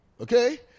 okay